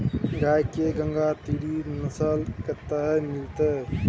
गाय के गंगातीरी नस्ल कतय मिलतै?